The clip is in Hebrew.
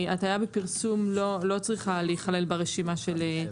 הטעיה בפרסום לא צריכה להיכלל ברשימה של ההפרות.